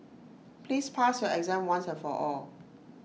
please pass your exam once and for all